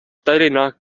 tallinna